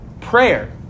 prayer